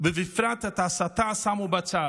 ובפרט את ההסתה שמו בצד.